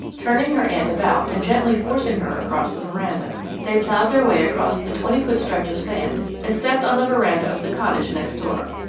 turning her aunt about and gently forcing her across the veranda. they ploughed their way across a twenty-foot stretch of sand and stepped on the veranda of the cottage next door.